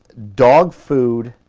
dog food